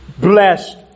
blessed